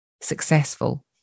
successful